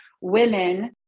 women